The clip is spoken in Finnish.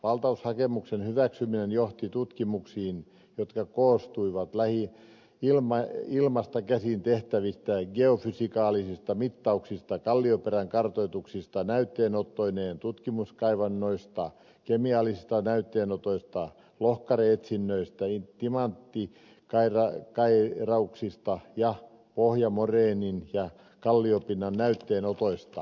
valtaushakemuksen hyväksyminen johti tutkimuksiin jotka koostuivat ilmasta käsin tehtävistä geofysikaalisista mittauksista kallioperän kartoituksista näytteenottoineen tutkimuskaivannoista kemiallisista näytteenotoista lohkare etsinnöistä timanttikairauksista ja pohjamoreenin ja kalliopinnan näytteenotoista